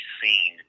seen